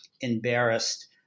embarrassed